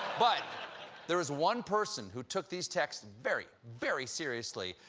but there's one person who took these texts very very seriously,